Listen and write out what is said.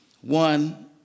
One